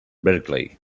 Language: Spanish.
berkeley